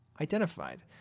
identified